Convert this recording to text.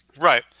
Right